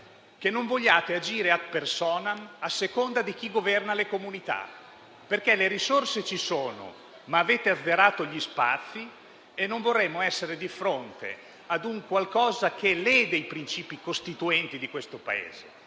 che vogliate agire *ad personam*, a seconda di chi governa le comunità. Le risorse ci sono, ma avete azzerato gli spazi e non vorremmo essere di fronte a qualcosa che lede i princìpi costituenti di questo Paese,